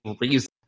reason